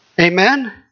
Amen